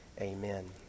amen